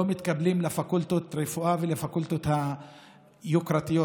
לא מתקבלים לפקולטות רפואה ולפקולטות היוקרתיות,